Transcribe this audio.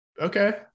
okay